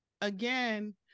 again